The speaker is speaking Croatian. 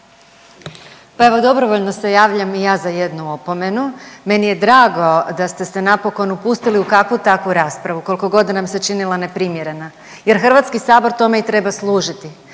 Pa evo dobrovoljno se javljam i za jednu opomenu. Meni je drago da ste se napokon upustili u kakvu takvu raspravu, kolikogod nam se činila neprimjerena jer HS tome i treba služiti